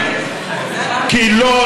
גליק.